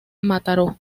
mataró